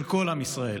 של כל עם ישראל.